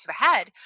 ahead